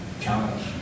challenge